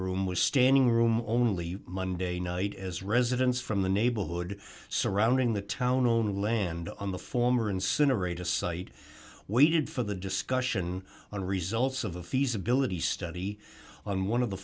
room was standing room only monday night as residents from the neighborhood surrounding the town on land on the former incinerate a site waited for the discussion on results of a feasibility study on one of the